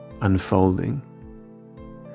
unfolding